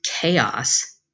chaos